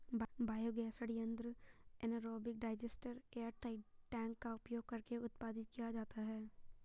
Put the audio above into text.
biogas संयंत्र anaerobic digester airtight tank का उपयोग करके उत्पादित किया जा सकता है